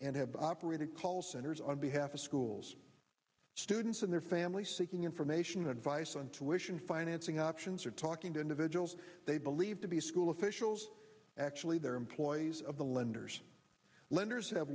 and have operated call centers on behalf of schools students and their families seeking information advice and to wish in financing options or talking to individuals they believe to be school officials actually their employees of the lenders lenders have